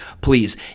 Please